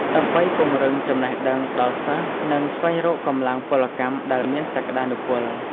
ដើម្បីពង្រឹងចំណេះដឹងដល់សិស្ស និងស្វែងរកកម្លាំងពលកម្មដែលមានសក្តានុពល។